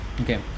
okay